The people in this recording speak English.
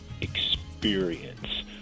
experience